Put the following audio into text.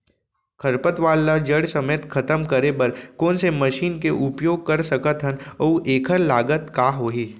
खरपतवार ला जड़ समेत खतम करे बर कोन से मशीन के उपयोग कर सकत हन अऊ एखर लागत का होही?